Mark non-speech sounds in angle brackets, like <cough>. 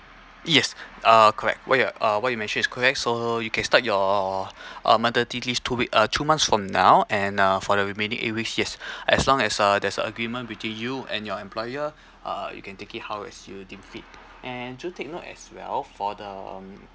yes uh correct what you're~ uh what you mention is correct so you can start your <breath> uh maternity leave two week uh two months from now and uh for the remaining eight weeks yes <breath> as long as uh there's a agreement between you and your employer uh you can take it how as you deem fit and do take note as well for the